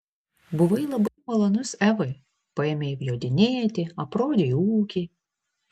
buvai labai malonus evai paėmei jodinėti aprodei ūkį